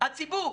הציבור.